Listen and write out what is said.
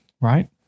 right